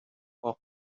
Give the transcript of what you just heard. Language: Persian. واق